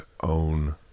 own